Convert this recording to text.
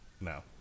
No